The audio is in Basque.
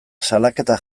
salaketa